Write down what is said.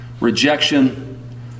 rejection